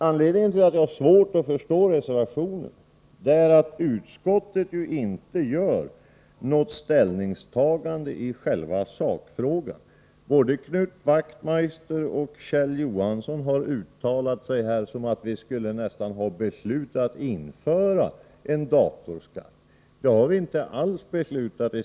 Anledningen till att jag har svårt att förstå reservationen är att utskottet inte gör något ställningstagande i själva sakfrågan. Både Knut Wachtmeister och Kjell Johansson har uttalat sig som om vi nästan skulle ha beslutat att införa en datorskatt, men det har vi inte alls.